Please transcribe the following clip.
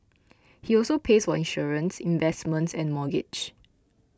he also pays for insurance investments and mortgage